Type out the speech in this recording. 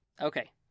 Okay